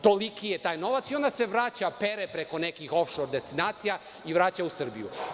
Toliki je taj novac i onda se vraća, pere preko nekih of šor destinacija i vraća u Srbiju.